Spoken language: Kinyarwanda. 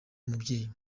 umubyeyi